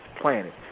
planet